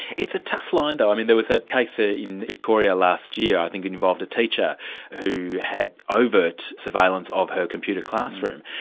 it's a tough line though. i mean there was that case ah in victoria last year i think, involved a teacher who had overt surveillance of her computer classroom.